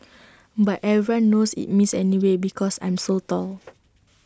but everyone knows it's me anyways because I'm so tall